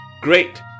great